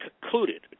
concluded